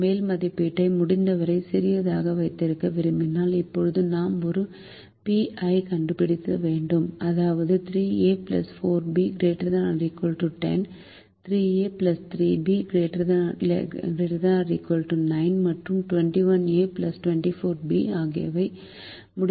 அந்த மேல் மதிப்பீட்டை முடிந்தவரை சிறியதாக வைத்திருக்க விரும்பினால் இப்போது நாம் ஒரு மற்றும் பி ஐ கண்டுபிடிக்க வேண்டும் அதாவது 3a 4b ≥ 10 3a 3b ≥ 9 மற்றும் 21a 24b ஆகியவை முடிந்தவரை சிறியவை